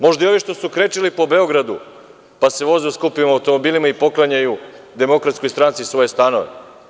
Možda i ovi što su krečili po Beogradu, pa se voze u skupim automobilima i poklanjaju DS svoje stanove.